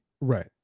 right